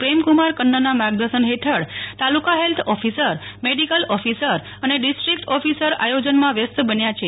પ્રેમકુમાર કન્નરના માર્ગદર્શન હેઠળ taluka health officer medical officer અને ડિસ્ટ્રીક્ટ ઓફિસર આયોજનમાં વ્યસ્ત બન્યા છે